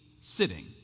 sitting